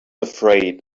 afraid